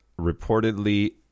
reportedly